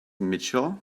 mitchell